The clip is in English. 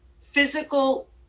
physical